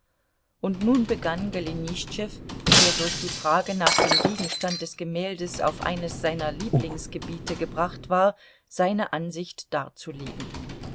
und nun begann golenischtschew der durch die frage nach dem gegenstand des gemäldes auf eines seiner lieblingsgebiete gebracht war seine ansicht darzulegen